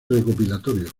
recopilatorio